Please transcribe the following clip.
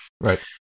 Right